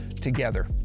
together